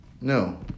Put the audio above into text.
No